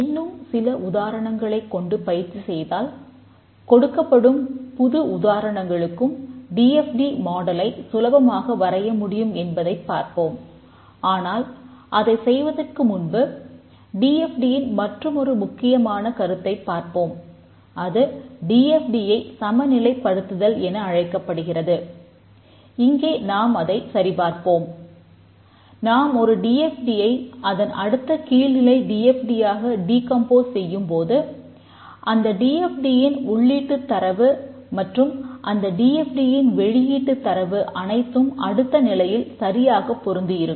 இன்னும் சில உதாரணங்களைக் கொண்டு பயிற்சி செய்தால் கொடுக்கப்படும் புது உதாரணங்களுக்கும் டிஎஃம்டி மாடலை ன் வெளியீட்டுத் தரவு அனைத்தும் அடுத்த நிலையில் சரியாகப் பொருந்தி இருக்கும்